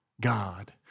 God